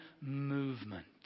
movement